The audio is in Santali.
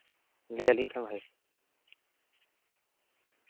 ᱞᱟᱹᱭ ᱟᱹᱞᱤᱧ ᱠᱷᱟᱱ ᱵᱷᱟᱹᱜᱤ ᱠᱚᱜᱼᱟ